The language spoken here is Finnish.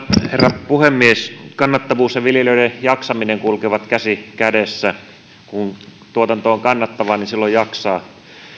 herra puhemies kannattavuus ja viljelijöiden jaksaminen kulkevat käsi kädessä kun tuotanto on kannattavaa niin silloin jaksaa